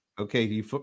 Okay